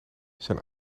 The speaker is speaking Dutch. zijn